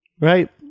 Right